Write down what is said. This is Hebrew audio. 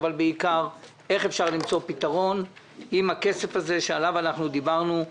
אבל בעיקר איך אפשר למצוא פתרון עם הכסף הזה שעליו דיברנו,